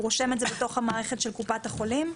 הוא רושם את זה בתוך המערכת של קופת החולים?